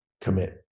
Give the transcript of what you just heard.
commit